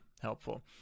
helpful